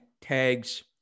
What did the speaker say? tags